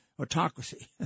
autocracy